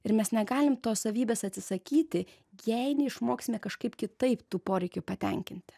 ir mes negalim tos savybės atsisakyti jei neišmoksime kažkaip kitaip tų poreikių patenkinti